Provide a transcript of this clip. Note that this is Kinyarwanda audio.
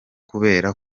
kubera